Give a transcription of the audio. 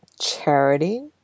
charity